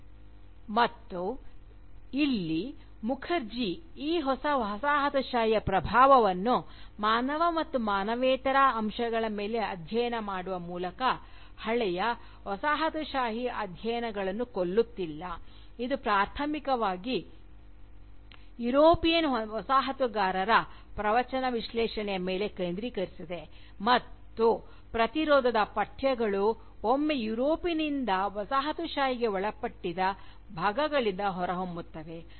" ಇಲ್ಲಿ ಮತ್ತೊಮ್ಮೆ ಮುಖರ್ಜಿ ಈ ಹೊಸ ವಸಾಹತುಶಾಹಿಯ ಪ್ರಭಾವವನ್ನು ಮಾನವ ಮತ್ತು ಮಾನವೇತರ ಅಂಶಗಳ ಮೇಲೆ ಅಧ್ಯಯನ ಮಾಡುವ ಮೂಲಕ ಹಳೆಯ ವಸಾಹತುಶಾಹಿ ಅಧ್ಯಯನಗಳನ್ನು ಕೊಲ್ಲುತ್ತಿಲ್ಲ ಇದು ಪ್ರಾಥಮಿಕವಾಗಿ ಯುರೋಪಿಯನ್ ವಸಾಹತುಗಾರರ ಪ್ರವಚನ ವಿಶ್ಲೇಷಣೆಯ ಮೇಲೆ ಕೇಂದ್ರೀಕರಿಸಿದೆ ಮತ್ತು ಪ್ರತಿರೋಧದ ಪಠ್ಯಗಳು ಒಮ್ಮೆ ಯುರೋಪಿನಿಂದ ವಸಾಹತುಶಾಹಿಗೆ ಒಳಪಟ್ಟಿದ ಭಾಗಗಳಿಂದ ಹೊರಹೊಮ್ಮುತ್ತಿವೆ